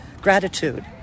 gratitude